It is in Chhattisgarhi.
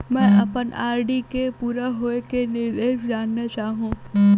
मैं अपन आर.डी के पूरा होये के निर्देश जानना चाहहु